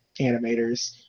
animators